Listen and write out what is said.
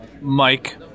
Mike